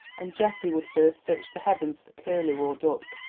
and geoffrey would first search the heavens for curlew or duck,